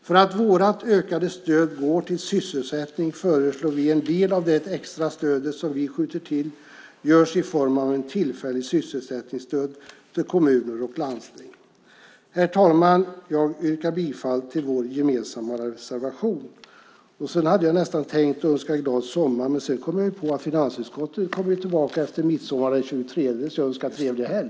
För att vårt ökade stöd ska gå till sysselsättning föreslår vi att en del av det extra stöd som vi skjuter till görs i form av ett tillfälligt sysselsättningsstöd till kommuner och landsting. Herr talman! Jag yrkar bifall till vår gemensamma reservation. Sedan hade jag tänkt önska glad sommar, men så kom jag på att finansutskottet ju kommer tillbaka efter midsommar, den 23 juni, så jag önskar trevlig helg!